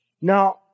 Now